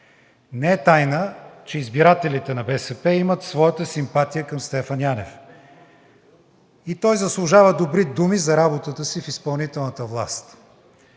Не е тайна, че избирателите на БСП имат своята симпатия към Стефан Янев и той заслужава добри думи за работата си в изпълнителната власт.